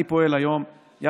אני פועל היום עם